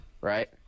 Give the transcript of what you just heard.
Right